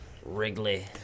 Wrigley